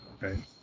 Right